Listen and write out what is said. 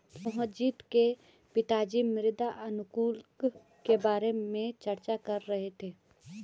मोहजीत के पिताजी मृदा अनुकूलक के बारे में चर्चा कर रहे थे